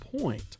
point